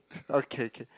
okay k